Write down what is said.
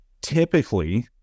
typically